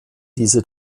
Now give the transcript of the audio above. diese